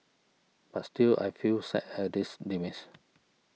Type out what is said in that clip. but still I feel sad at this demise